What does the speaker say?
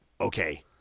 Okay